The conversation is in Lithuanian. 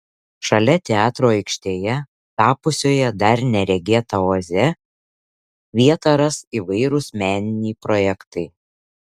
šalia teatro aikštėje tapusioje dar neregėta oaze vietą ras įvairūs meniniai projektai